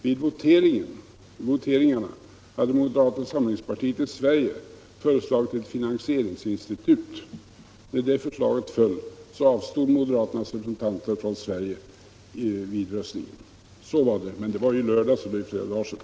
Vid voteringarna förelåg ett förslag från moderaterna i Sverige om ett finansieringsinstitut. När det förslaget föll, avstod moderaternas representanter från Sverige vid slutröstningen. Så var det, men det var i lördags, och det är ju flera dagar sedan.